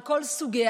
על כל סוגיה,